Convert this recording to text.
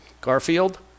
Garfield